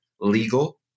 legal